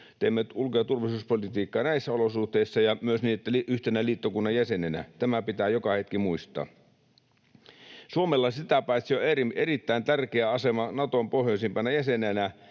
teemme ulko- ja turvallisuuspolitiikkaa näissä olosuhteissa ja myös yhtenä liittokunnan jäsenenä. Tämä pitää joka hetki muistaa. Suomella sitä paitsi on erittäin tärkeä asema Naton pohjoisimpana jäsenenä.